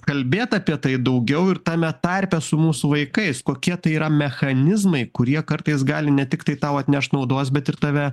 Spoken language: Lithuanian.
kalbėt apie tai daugiau ir tame tarpe su mūsų vaikais kokie tai yra mechanizmai kurie kartais gali ne tiktai tau atnešt naudos bet ir tave